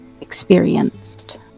experienced